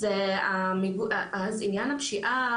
עניין הפשיעה